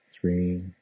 Three